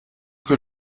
que